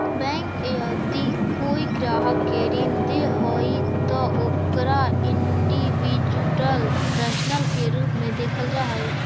bank यदि कोई ग्राहक के ऋण दे हइ त ओकरा इंडिविजुअल पर्सन के रूप में देखल जा हइ